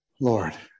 Lord